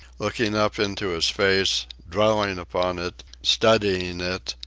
looking up into his face, dwelling upon it, studying it,